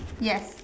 yes